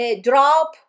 Drop